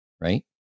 Right